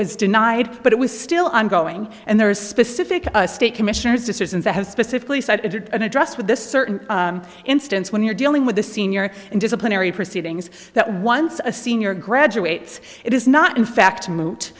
was denied but it was still ongoing and there are specific state commissioners decisions that have specifically cited an address with this certain instance when you're dealing with the senior and disciplinary proceedings that once a senior graduates it is not in fact moot